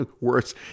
worse